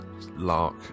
lark